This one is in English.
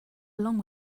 along